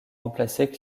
remplacer